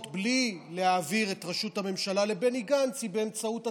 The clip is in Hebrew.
בלי להעביר את ראשות הממשלה לבני גנץ היא באמצעות התקציב.